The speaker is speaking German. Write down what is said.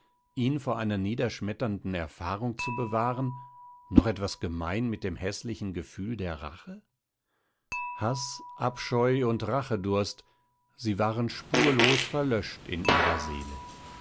ihn vor einer niederschmetternden erfahrung zu bewahren noch etwas gemein mit dem häßlichen gefühl der rache haß abscheu und rachedurst sie waren spurlos verlöscht in ihrer seele